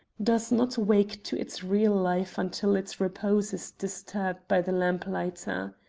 does not wake to its real life until its repose is disturbed by the lamplighter.